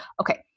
Okay